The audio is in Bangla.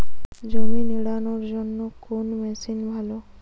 জমি নিড়ানোর জন্য কোন মেশিন ভালো?